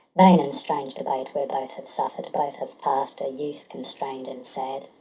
vain and strange debate, where both have suffer' d, both have pass'd a youth constrain'd and sad.